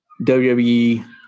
WWE